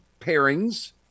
pairings